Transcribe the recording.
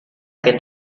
que